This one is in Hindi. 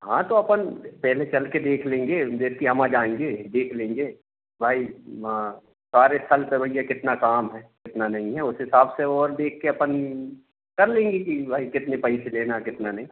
हाँ तो अपन पहले चलकर देख लेंगे जैसे ही हम वहाँ जाएँगे देख लेंगे भाई सारे अस्थल से भैया कितना काम है कितना नहीं है उस हिसाब से और देखकर अपन कर लेंगे कि भाई कितने पैसे लेना है कितना नहीं